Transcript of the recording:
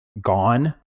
gone